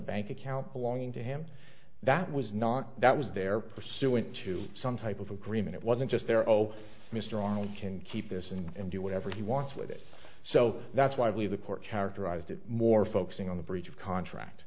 bank account belonging to him that was not that was there pursuant to some type of agreement it wasn't just there ok mr arnold can keep this and do whatever he wants with it so that's why i believe the court characterized it more focusing on the breach of contract